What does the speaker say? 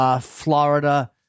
Florida